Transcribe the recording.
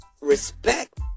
respect